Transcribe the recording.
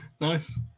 Nice